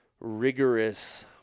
rigorous